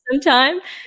sometime